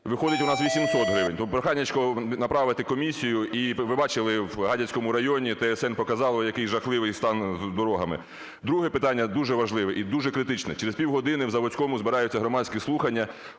виходить у нас 800 гривень. То проханячко: направити комісію, і ви бачили в Гадяцькому районі, "ТСН" показало який жахливий стан з дорогами. Друге питання, дуже важливе і дуже критичне. Через півгодини в Заводському збираються громадські слухання.